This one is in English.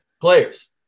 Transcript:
players